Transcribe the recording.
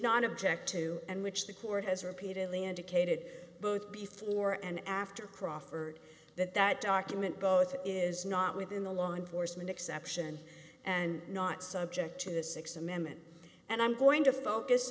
not object to and which the court has repeatedly indicated both before and after crawford that that document both is not within the law enforcement exception and not subject to the th amendment and i'm going to focus